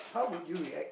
how would you react